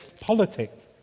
politics